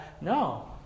no